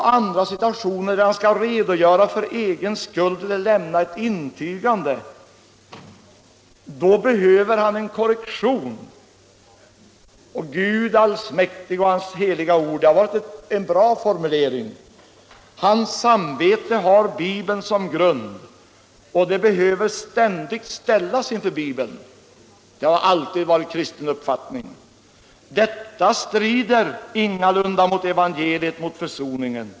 I andra situationer, där han skall redogöra för egen skuld eller lämna ett intygande, behöver han en korrektion. Gud allsmäktig och hans heliga ord har varit en bra formulering. Hans samvete har Bibeln som grund, och det behöver ständigt ställas inför Bibeln. Det har alltid varit en kristen uppfattning. Detta strider ingalunda mot evangeliet, mot försoningen.